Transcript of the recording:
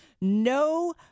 no